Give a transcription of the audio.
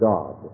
God